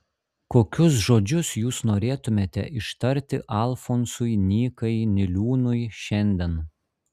kokius žodžius jūs norėtumėte ištarti alfonsui nykai niliūnui šiandien